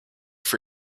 for